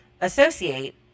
associate